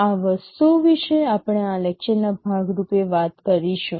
આ વસ્તુઓ વિશે આપણે આ લેક્ચરના ભાગ રૂપે વાત કરીશું